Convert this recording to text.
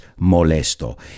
molesto